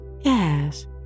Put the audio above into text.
Yes